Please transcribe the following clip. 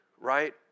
right